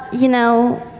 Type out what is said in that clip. you know,